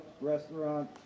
restaurant